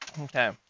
Okay